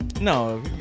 no